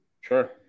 Sure